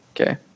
Okay